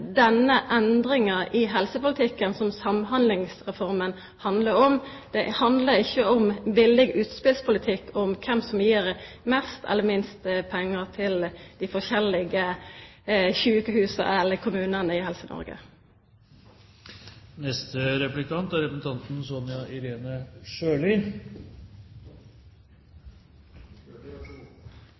denne endringa i helsepolitikken Samhandlingsreforma handlar om. Det handlar ikkje om billige utspel om kven som gir mest eller minst pengar til dei forskjellige sjukehusa eller kommunane i